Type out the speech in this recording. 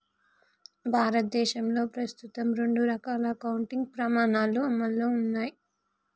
భారతదేశంలో ప్రస్తుతం రెండు రకాల అకౌంటింగ్ ప్రమాణాలు అమల్లో ఉన్నయ్